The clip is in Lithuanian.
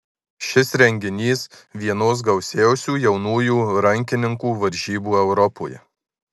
šis renginys vienos gausiausių jaunųjų rankininkų varžybų europoje